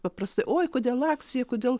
paprastai oi kodėl akcija kodėl